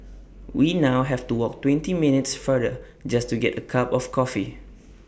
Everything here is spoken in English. we now have to walk twenty minutes further just to get A cup of coffee